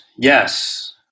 yes